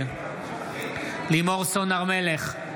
נגד לימור סון הר מלך,